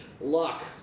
Luck